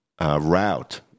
route